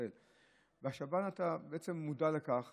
בשב"ן אתה בעצם מודע לכך